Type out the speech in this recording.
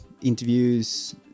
interviews